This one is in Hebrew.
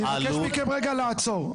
אני מבקש מכם רגע לעצור,